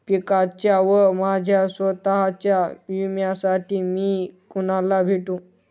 पिकाच्या व माझ्या स्वत:च्या विम्यासाठी मी कुणाला भेटू?